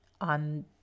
on